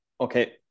okay